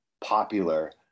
popular